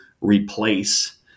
replace